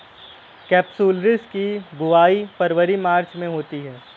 capsularis की बुवाई फरवरी मार्च में होती है